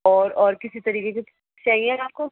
اور اور کسی طریقے کی چاہیے آپ کو